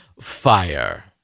Fire